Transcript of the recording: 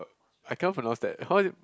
I can't pronounce that how it